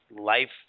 Life